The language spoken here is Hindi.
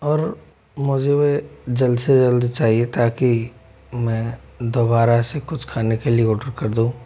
और मुझे वे जल्द से जल्द चाहिए था कि मैं दोबारा से कुछ खाने के लिए ऑर्डर कर दूँ